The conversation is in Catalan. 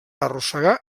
arrossegar